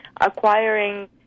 acquiring